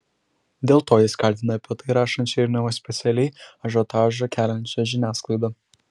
dėl to jis kaltina apie tai rašančią ir neva specialiai ažiotažą keliančią žiniasklaidą